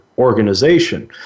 organization